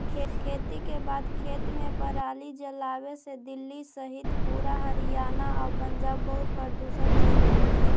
खेती के बाद खेत में पराली जलावे से दिल्ली सहित पूरा हरियाणा आउ पंजाब बहुत प्रदूषण झेलऽ हइ